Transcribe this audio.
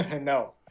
No